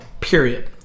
period